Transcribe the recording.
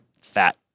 fat